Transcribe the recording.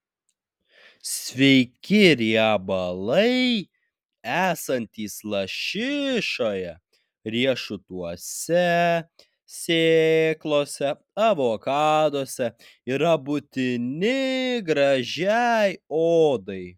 sveiki riebalai esantys lašišoje riešutuose sėklose avokaduose yra būtini gražiai odai